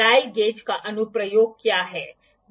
dial gauge का अनुप्रयोग क्या है